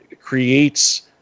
creates